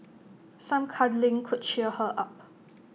some cuddling could cheer her up